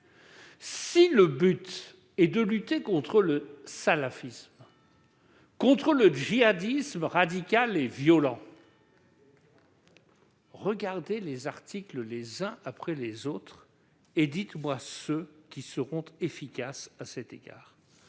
si son but est de lutter contre le salafisme, contre le djihadisme radical et violent, consultez les articles du projet de loi, les uns après les autres, et citez-moi ceux qui seront efficaces à cet égard.